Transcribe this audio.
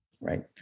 right